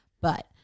But-